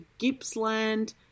Gippsland